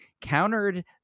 countered